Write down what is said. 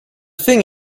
thing